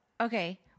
okay